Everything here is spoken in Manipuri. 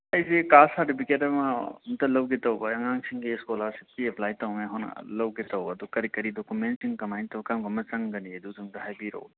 ꯑꯩꯁꯦ ꯀꯥꯁ ꯁꯔꯇꯤꯐꯤꯀꯦꯠ ꯑꯃ ꯑꯃꯇ ꯂꯧꯒꯦ ꯇꯧꯕ ꯑꯩ ꯑꯉꯥꯡꯁꯤꯡꯒꯤ ꯏꯁꯀꯣꯂꯥꯔꯁꯤꯞꯀꯤ ꯑꯦꯄ꯭ꯂꯥꯏ ꯇꯧꯅꯤꯡꯉꯥꯏ ꯂꯧꯒꯦ ꯇꯧꯕ ꯑꯗꯣ ꯀꯔꯤ ꯀꯔꯤ ꯗꯣꯀꯨꯃꯦꯟꯁꯤꯡ ꯀꯃꯥꯏꯅ ꯇꯧꯕ ꯀꯔꯝ ꯀꯔꯝ ꯆꯪꯒꯅꯤ ꯑꯗꯨꯁꯨ ꯑꯃꯇ ꯍꯥꯏꯕꯤꯔꯛꯑꯣ